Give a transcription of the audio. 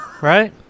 Right